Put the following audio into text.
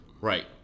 Right